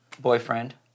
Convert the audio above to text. boyfriend